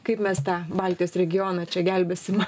kaip mes tą baltijos regioną čia gelbėsim